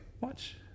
Watch